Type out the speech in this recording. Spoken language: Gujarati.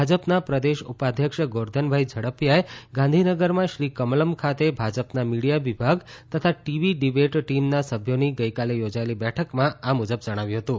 ભાજપના પ્રદેશ ઉપાધ્યક્ષ ગોરધનભાઈ ઝડફીયાએ ગાંધીનગરમાં શ્રી કમલમ ખાતે ભાજપના મીડિયા વિભાગ તથા ટીવી ડિબેટ ટીમના સભ્યોની ગઈકાલે યોજાયેલી બેઠકમાં આ મુજબ જણાવ્યું હતું